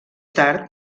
tard